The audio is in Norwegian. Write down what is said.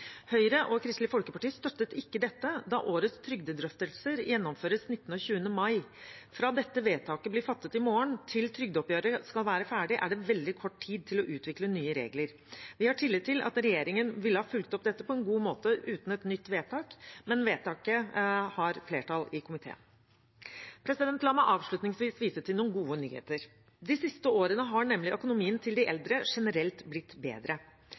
Høyre og Kristelig Folkeparti støttet ikke dette, da årets trygdedrøftelser gjennomføres 19. og 20. mai. Fra dette vedtaket blir fattet i morgen, til trygdeoppgjøret skal være ferdig, er det veldig kort tid til å utvikle nye regler. Vi har tillit til at regjeringen ville ha fulgt opp dette på en god måte uten et nytt vedtak, men vedtaket har flertall i komiteen. La meg avslutningsvis vise til noen gode nyheter. De siste årene har nemlig økonomien til de eldre generelt blitt bedre.